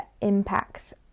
impact